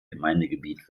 gemeindegebiet